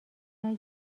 اگر